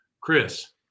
Chris